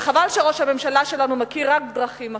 וחבל שראש הממשלה שלנו מכיר רק דרכים עקיפות,